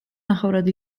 ნახევრად